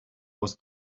was